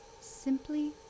Simply